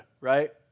right